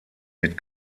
mit